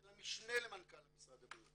של המשנה למנכ"ל משרד הבריאות